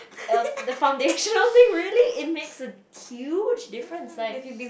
um the foundation things really it makes a huge difference like